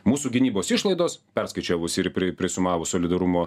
mūsų gynybos išlaidos perskaičiavus ir pri prisumavus solidarumo